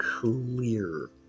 clear